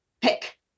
pick